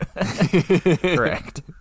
Correct